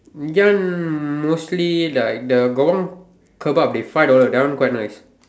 ya mostly like the got one kebab dey five dollar that one quite nice